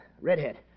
Redhead